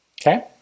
Okay